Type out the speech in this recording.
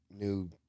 new